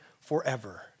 forever